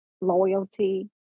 loyalty